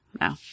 No